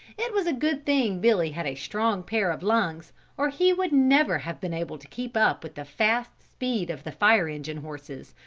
it was a good thing billy had a strong pair of lungs or he would never have been able to keep up with the fast speed of the fire-engine horses,